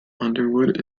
underwood